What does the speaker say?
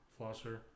flosser